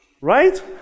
Right